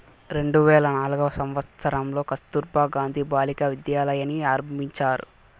రెండు వేల నాల్గవ సంవచ్చరంలో కస్తుర్బా గాంధీ బాలికా విద్యాలయని ఆరంభించారు